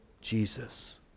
Jesus